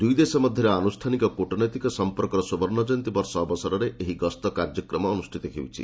ଦୁଇଦେଶ ମଧ୍ୟରେ ଆନୁଷ୍ଠାନିକ କୂଟନୈତିକ ସଂପର୍କର ସୁବର୍ଣ୍ଣଜୟନ୍ତୀ ବର୍ଷ ଅବସରରେ ଏହି ଗସ୍ତ କାର୍ଯ୍ୟକ୍ରମ ଅନୁଷ୍ଠିତ ହେଉଛି